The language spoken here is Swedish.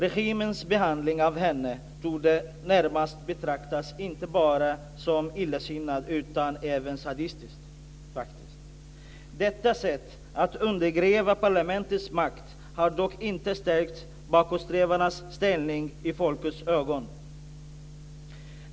Regimens behandling av henne torde närmast betraktas inte bara som illasinnad utan även sadistisk. Detta sätt att undergräva parlamentets makt har dock inte stärkt bakåtsträvarnas ställning i folkets ögon.